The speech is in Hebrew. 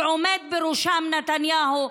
שעומד בראשם נתניהו,